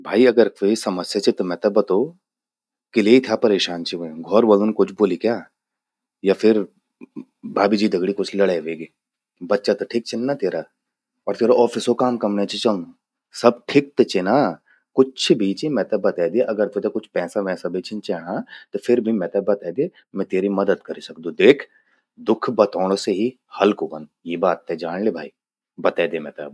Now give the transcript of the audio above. भाई अगर क्वे समस्या चि त मेते बतो। किलै इथ्या परेशान चि व्हयूं, घौर वलुन कुछ ब्वोलि क्या? या फिर भाभी जी दग ड़ि कुछ लड़ै व्हेगि? बच्चा त ठिक छिन ना त्येरा? अर त्येरु ऑफिसो काम कमण्ये चि चलणू? सब ठिक त चि ना? कुच्छ भी चि मेते बते द्ये अगर त्वेते पैसा भि छिन चैंणा, त फिर भि मेते बतै द्ये। मैं त्योरि मदद करि सकदू, देख दुख बतौण से ही हल्कु व्हंद। यीं बात ते जाण ल्ये भाई, बतै द्ये मैते अब।